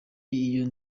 iyo